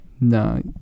No